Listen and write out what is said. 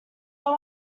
but